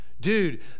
Dude